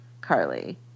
Carly